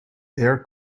air